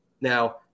Now